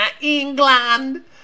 England